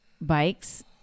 bikes